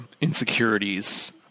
insecurities